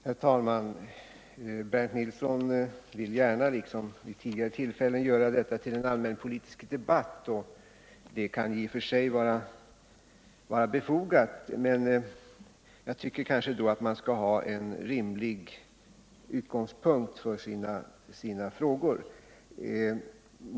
Herr talman! Bernt Nilsson vill gärna liksom vid tidigare tillfällen göra detta till en allmänpolitisk debatt, och det kan i och för sig vara befogat. Men jag tycker kanske att man då skall ha en rimlig utgångspunkt för sina frågor.